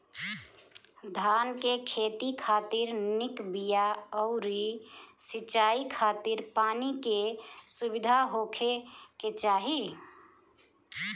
धान के खेती खातिर निक बिया अउरी सिंचाई खातिर पानी के सुविधा होखे के चाही